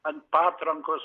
ant patrankos